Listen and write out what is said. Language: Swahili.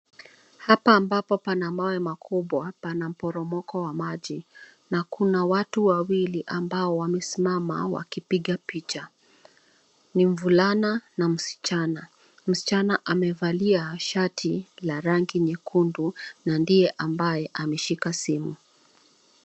Hapa ambapo pana mawe makubwa, pana mporomoko wa maji na kuna watu wawili ambao wamesimama wakipiga picha. Ni mvulana na msichana. Msichana amevalia shati la rangi nyekundu na ndiye ameshikilia simu.